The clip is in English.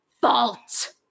fault